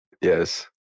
yes